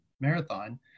marathon